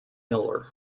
miller